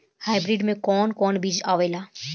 Hybrid में कोवन कोवन बीज आवेला?